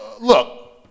Look